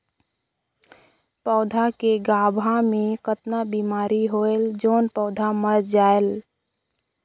पौधा के गाभा मै कतना बिमारी होयल जोन पौधा मर जायेल?